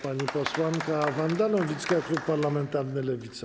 Pani posłanka Wanda Nowicka, klub parlamentarny Lewica.